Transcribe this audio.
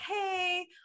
Hey